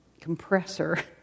compressor